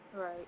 Right